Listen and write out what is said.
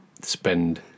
spend